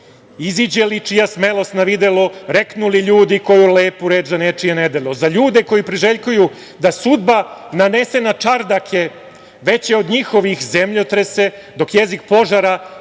iziđe li čija smelost na videlo reknuli ljudi koju lepu reč za nečije nedelo, za ljude koji priželjkuju da sudba nanese na čardake veće od njihovih zemljotrese, dok jezik požara stogove